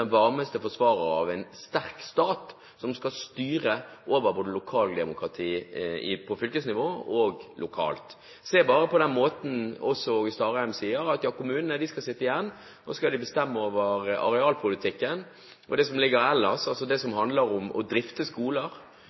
den varmeste forsvarer av en sterk stat, som skal styre over lokaldemokratiet både på fylkesnivå og lokalt. Som Åge Starheim sier, skal kommunene sitte igjen og bestemme over arealpolitikken og det som ligger ellers, altså det som handler om å drifte skoler,